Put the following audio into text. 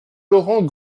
laurent